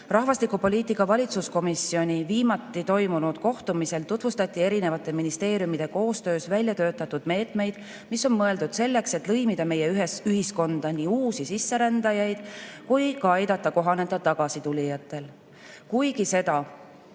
Rahvastikupoliitika valitsuskomisjoni viimati toimunud kohtumisel tutvustati erinevate ministeeriumide koostöös väljatöötatud meetmeid, mis on mõeldud selleks, et lõimida meie ühiskonda nii uusi sisserändajaid kui aidata kohaneda tagasitulijatel. Kuigi seda